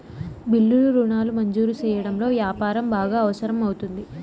బిల్లులు రుణాలు మంజూరు సెయ్యడంలో యాపారం బాగా అవసరం అవుతుంది